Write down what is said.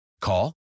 Call